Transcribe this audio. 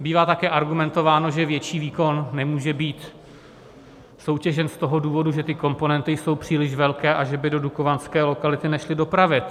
Bývá také argumentováno, že větší výkon nemůže být soutěžen z toho důvodu, že ty komponenty jsou příliš velké a že by do dukovanské lokality nešly dopravit.